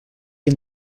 que